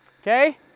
Okay